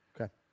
okay